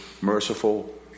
merciful